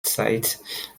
zeit